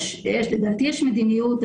לדעתי יש מדיניות.